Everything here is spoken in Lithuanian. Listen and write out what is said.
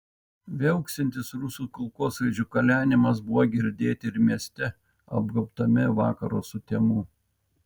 viauksintis rusų kulkosvaidžių kalenimas buvo girdėti ir mieste apgaubtame vakaro sutemų